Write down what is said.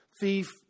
thief